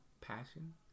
Passion